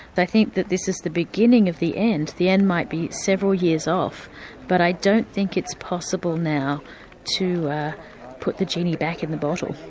i think that this is the beginning of the end, the end might be several years off but i don't think it's possible now to put the genie back in the bottle.